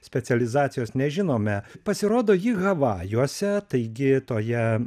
specializacijos nežinome pasirodo ji havajuose taigi toje